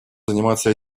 заниматься